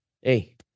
Hey